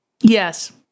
Yes